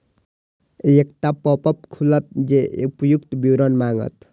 एकटा पॉपअप खुलत जे उपर्युक्त विवरण मांगत